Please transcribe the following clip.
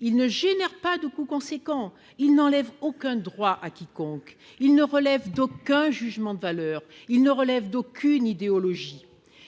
il ne génère pas de coût conséquent il n'enlève aucun droit à quiconque, il ne relève d'aucun jugement de valeur, il ne relève d'aucune idéologie,